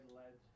led